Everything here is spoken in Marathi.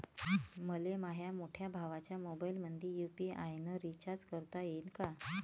मले माह्या मोठ्या भावाच्या मोबाईलमंदी यू.पी.आय न रिचार्ज करता येईन का?